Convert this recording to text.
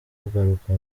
kugaruka